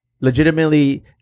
legitimately